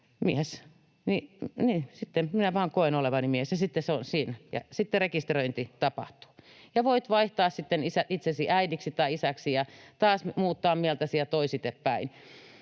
sitten minä vain koen olevani mies ja sitten se on siinä ja sitten rekisteröinti tapahtuu. Ja voit vaihtaa sitten itsesi äidiksi tai isäksi ja taas muuttaa mieltäsi ja toisinpäin.